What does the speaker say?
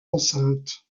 enceintes